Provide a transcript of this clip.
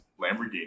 Lamborghini